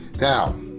Now